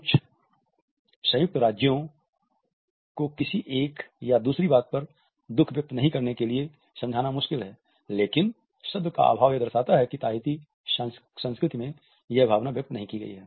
कुछ संयुक्त राज्यों को किसी एक या दूसरी बात पर दुख व्यक्त नहीं करने के लिए समझाना मुश्किल है लेकिन शब्द का अभाव यह दर्शाता है कि ताहिती संस्कृति में यह भावना व्यक्त नहीं की गई है